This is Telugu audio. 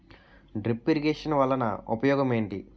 డ్రిప్ ఇరిగేషన్ వలన ఉపయోగం ఏంటి